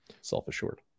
self-assured